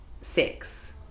six